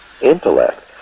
intellect